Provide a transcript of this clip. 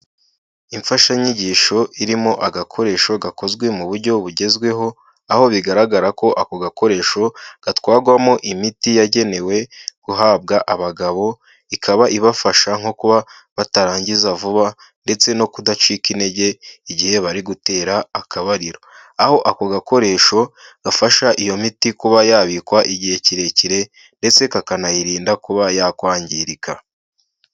Imfashanyigisho irimo agakoresho gakozwe mu buryo bugezweho, aho bigaragara ko ako gakoresho gatwagwamo imiti yagenewe guhabwa abagabo, ikaba ibafasha nko kuba batarangiza vuba ndetse no kudacika intege igihe bari gutera akabariro. Aho ako gakoresho gafasha iyo miti kuba yabikwa igihe kirekire ndetse kakanayirinda kuba yakwangirika.